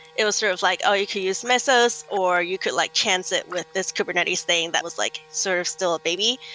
it was sort of like, oh! you could use mesos, or you could like can sit with this kubernetes thing that was like sort of still a baby.